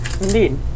Indeed